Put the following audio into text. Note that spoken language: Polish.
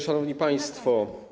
Szanowni Państwo!